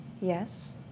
Yes